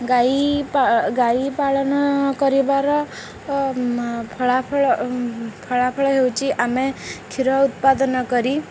ଗାଈ ଗାଈ ପାଳନ କରିବାର ଫଳାଫଳ ଫଳାଫଳ ହେଉଛି ଆମେ କ୍ଷୀର ଉତ୍ପାଦନ କରି